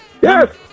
Yes